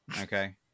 okay